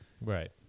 Right